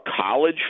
college